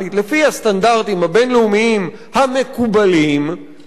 לפי הסטנדרטים הבין-לאומיים המקובלים,